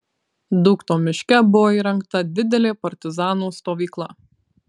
dūkto miške buvo įrengta didelė partizanų stovykla